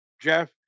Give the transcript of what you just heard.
Jeff